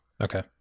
Okay